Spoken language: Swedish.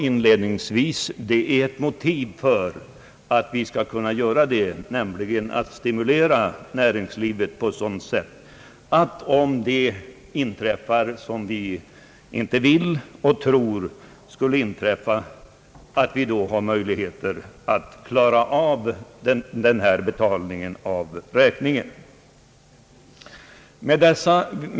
Inledningsvis berörde jag motiveringarna för att stimulera näringslivet på ett sådant sätt att vi — om det inträffar som vi varken vill eller tror skall hända — har möjligheter att klara av betalningen av den här räkningen.